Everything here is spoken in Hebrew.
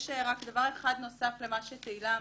יש רק דבר אחד נוסף למה שתהילה אמרה.